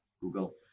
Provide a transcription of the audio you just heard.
Google